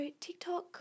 TikTok